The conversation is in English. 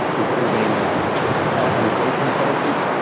improving immigration policy,